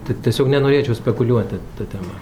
tai tiesiog nenorėčiau spekuliuoti ta tema